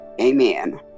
Amen